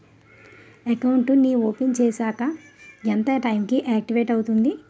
Account నీ open చేశాక ఎంత టైం కి ఆక్టివేట్ అవుతుంది?